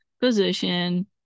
position